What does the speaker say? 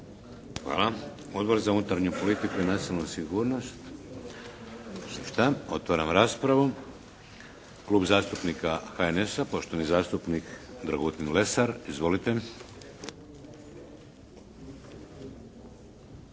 Hvala. Odbor za unutarnju politiku i nacionalnu sigurnost. Otvaram raspravu. Klub zastupnika HNS-a, poštovani zastupnik Dragutin Lesar. Izvolite.